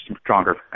stronger